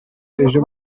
ejo